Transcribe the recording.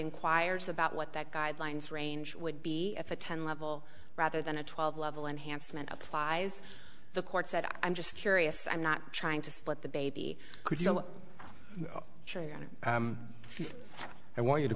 inquires about what that guidelines range would be if a ten level rather than a twelve level enhancement applies the court said i'm just curious i'm not trying to split the baby could you know sure i want you to